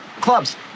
clubs